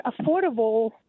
affordable